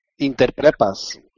Interprepas